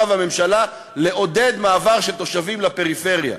והממשלה לעודד מעבר של תושבים לפריפריה?